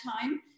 time